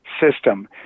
system